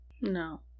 No